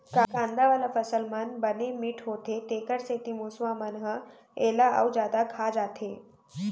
कांदा वाला फसल मन बने मिठ्ठ होथे तेखर सेती मूसवा मन ह एला अउ जादा खा जाथे